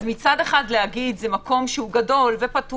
אז מצד אחד, לומר: זה מקום שהוא גדול ופתוח